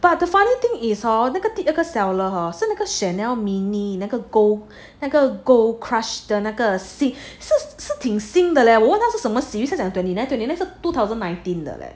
but the funny thing is hor 那个 seller hor 是那个 Chanel mini 那个 gold 那个 gold crush 的那个的 se~ 是挺新的我问他那是什么 series I'm twenty nine twenty nine 是 two thousand nineteen 的 leh